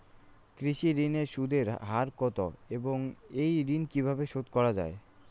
কৃষি ঋণের সুদের হার কত এবং এই ঋণ কীভাবে শোধ করা য়ায়?